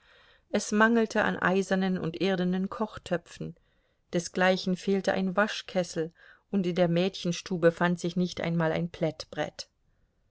es mangelte an eisernen und irdenen kochtöpfen desgleichen fehlte ein waschkessel und in der mädchenstube fand sich nicht einmal ein